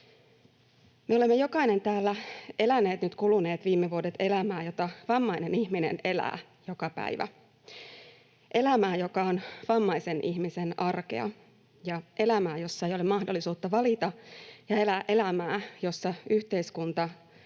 Me olemme jokainen täällä eläneet nyt kuluneet viime vuodet elämää, jota vammainen ihminen elää joka päivä. Elämää, joka on vammaisen ihmisen arkea, ja elämää, jossa ei ole mahdollisuutta valita ja elää elämää, jossa yhteiskunta